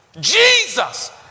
Jesus